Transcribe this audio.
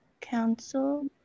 Council